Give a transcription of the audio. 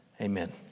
Amen